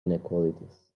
inequalities